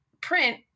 print